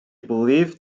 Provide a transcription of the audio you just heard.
believed